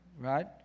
right